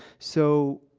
so,